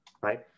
right